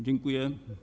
Dziękuję.